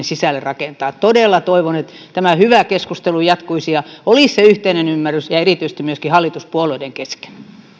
sisälle rakentaa todella toivon että tämä hyvä keskustelu jatkuisi ja olisi se yhteinen ymmärrys erityisesti myöskin hallituspuolueiden kesken